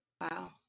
wow